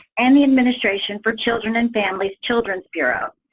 and the administration for children and families, children's bureau.